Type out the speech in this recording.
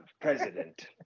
president